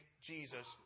Jesus